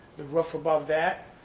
the roof above that,